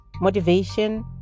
motivation